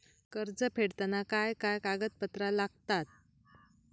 कर्ज फेडताना काय काय कागदपत्रा लागतात?